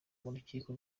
n’urukiko